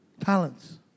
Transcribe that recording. talents